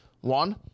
One